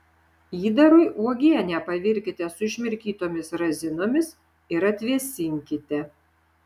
įdarui uogienę pavirkite su išmirkytomis razinomis ir atvėsinkite